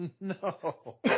no